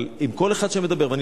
אבל עם כל אחד אני מדבר.